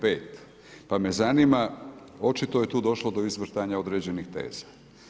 Pa me zanima očito je tu došlo do izvrtanja određenih teza.